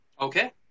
Okay